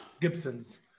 Gibson's